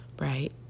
right